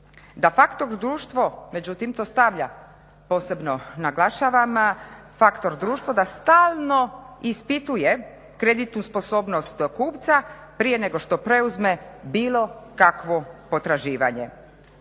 Da faktor društvo međutim to stavlja posebno naglašavam, faktor društvo da stalno ispituje kreditnu sposobnost kupca prije nego što preuzme bilo kakvo potraživanje.